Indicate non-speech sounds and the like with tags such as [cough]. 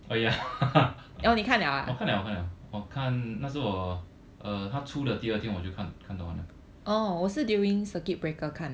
oh ya [laughs] 我看了我看了我看看那时我 err 他出的第二天我就看看到完了